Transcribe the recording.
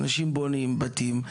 אנשים בונים בתים,